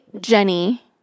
Jenny